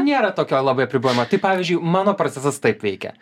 nėra tokio labai apribojimo tai pavyzdžiui mano procesas taip veikia